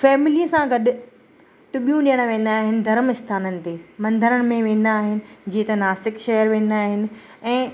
family सां गॾु टुॿियूं ॾियणु वेंदा आहिनि धर्म स्थाननि ते मंदर में वेंदा आहिनि जीअं त नासिक शहरु वेंदा आहिनि ऐं